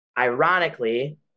Ironically